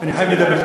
אני חייב לדבר.